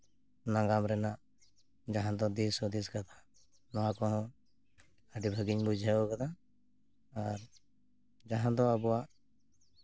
ᱱᱟᱜᱟᱢ ᱨᱮᱱᱟᱜ ᱡᱟᱦᱟᱸ ᱫᱚ ᱫᱤᱥ ᱦᱩᱫᱤᱥ ᱠᱟᱛᱷᱟ ᱱᱚᱣᱟ ᱠᱚᱦᱚᱸ ᱟᱹᱰᱤ ᱵᱷᱟᱜᱮᱧ ᱵᱩᱡᱷᱟᱹᱣ ᱠᱟᱫᱟ ᱟᱨ ᱡᱟᱦᱟᱸ ᱫᱚ ᱟᱵᱚᱣᱟᱜ